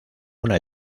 una